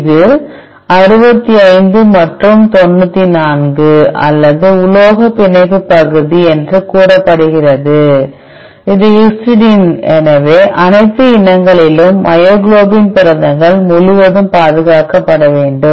இது 65 மற்றும் 94 அல்லது உலோக பிணைப்பு பகுதி என்று கூறப்படுகிறது இது ஹிஸ்டைடின் எனவே அனைத்து இனங்களிலும் மயோகுளோபின் புரதங்கள் முழுவதும் பாதுகாக்கப்பட வேண்டும்